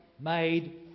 made